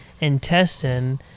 intestine